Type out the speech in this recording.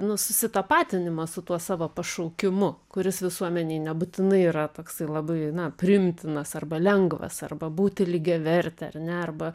nu susitapatinimas su tuo savo pašaukimu kuris visuomenei nebūtinai yra toksai labai na priimtinas arba lengvas arba būti lygiaverte ar ne arba